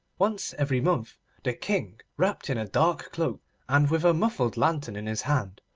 once every month the king, wrapped in a dark cloak and with a muffled lantern in his hand,